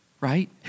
right